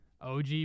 OG